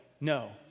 No